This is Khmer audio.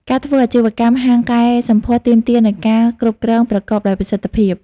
ការធ្វើអាជីវកម្មហាងកែសម្ផស្សទាមទារនូវការគ្រប់គ្រងប្រកបដោយប្រសិទ្ធភាព។